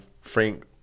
Frank